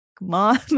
mom